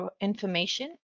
information